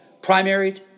primaried